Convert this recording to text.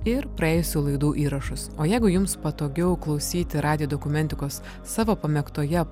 ir praėjusių laidų įrašus o jeigu jums patogiau klausyti radijo dokumentikos savo pamėgtoje